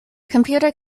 computer